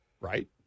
Right